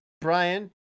Brian